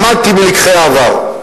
למדתי מלקחי העבר.